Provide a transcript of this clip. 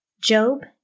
Job